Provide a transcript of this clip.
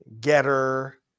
Getter